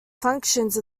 functions